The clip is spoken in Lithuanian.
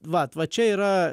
vat va čia yra